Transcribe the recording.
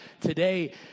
today